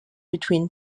between